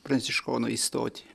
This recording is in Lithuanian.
pranciškonų įstoti